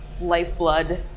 lifeblood